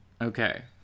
Okay